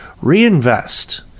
reinvest